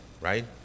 right